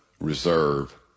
reserve